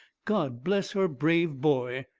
god bless her brave boy.